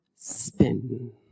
Spin